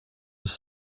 was